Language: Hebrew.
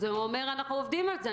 הוא אומר אנחנו עובדים על זה,